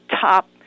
top